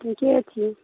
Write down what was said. ठीके छियै